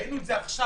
ראינו את זה עכשיו.